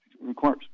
requires